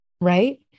Right